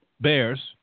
Bears